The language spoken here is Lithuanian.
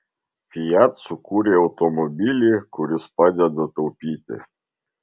fiat sukūrė automobilį kuris padeda taupyti